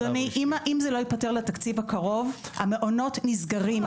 אם זה לא ייפתר לתקציב הקרוב, המעונות נסגרים.